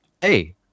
hey